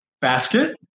Basket